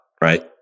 right